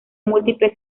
múltiple